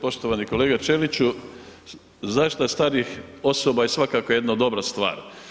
Poštovani kolega Ćeliću, za šta starijih osoba je svakako jedna dobra stvar.